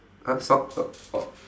!huh! stop stop orh